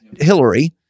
Hillary